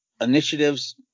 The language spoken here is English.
initiatives